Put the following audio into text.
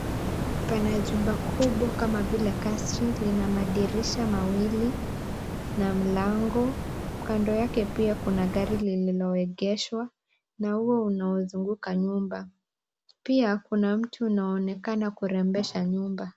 Pana jumba kubwa kama vile kasri, lina madirisha mawili na mlango. Kando yake pia kuna gari lililoegeshwa, na ua unaozunguka nyumba. Pia kuna mtu anaonekana kurembesha nyumba.